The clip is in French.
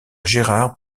gérard